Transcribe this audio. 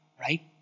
right